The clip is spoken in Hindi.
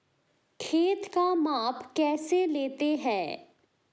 खेत का माप कैसे लेते हैं?